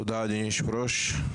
תודה, אדוני היושב ראש.